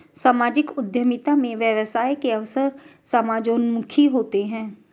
सामाजिक उद्यमिता में व्यवसाय के अवसर समाजोन्मुखी होते हैं